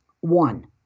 One